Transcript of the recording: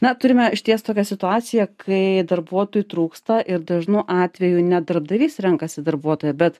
na turime išties tokią situaciją kai darbuotojų trūksta ir dažnu atveju ne darbdavys renkasi darbuotoją bet